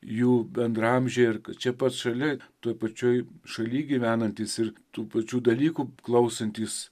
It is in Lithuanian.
jų bendraamžiai ar čia pat šalia toj pačioj šaly gyvenantys ir tų pačių dalykų klausantys